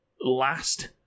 last